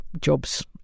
jobs